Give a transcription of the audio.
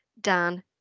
dan